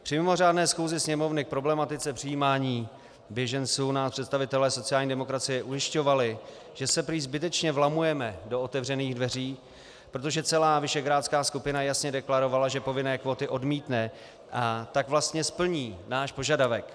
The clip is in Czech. Při mimořádné schůzi Sněmovny k problematice přijímání běženců nás představitelé sociální demokracie ujišťovali, že se prý zbytečně vlamujeme do otevřených dveří, protože celá visegrádská skupina jasně deklarovala, že povinné kvóty odmítne, a tak vlastně splní náš požadavek.